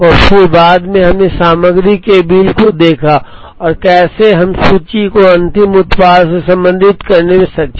और फिर बाद में हमने सामग्री के बिल को देखा और कैसे हम सूची को अंतिम उत्पाद से संबंधित करने में सक्षम हैं